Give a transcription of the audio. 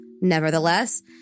Nevertheless